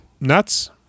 Nuts